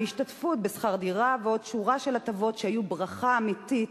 בהשתתפות בשכר דירה ועוד שורה של הטבות שהיו ברכה אמיתית